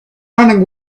running